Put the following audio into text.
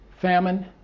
famine